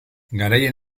garaileen